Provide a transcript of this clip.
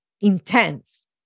intense